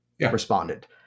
responded